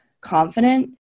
confident